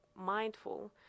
mindful